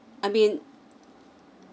I mean